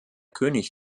könig